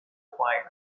acquired